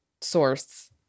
source